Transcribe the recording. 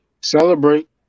Celebrate